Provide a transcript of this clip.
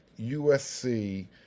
USC